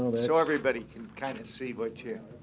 so everybody can kind of see what you